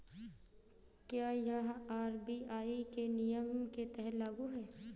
क्या यह आर.बी.आई के नियम के तहत लागू है?